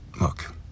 Look